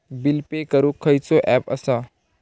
Bill pay करूक खैचो app असा?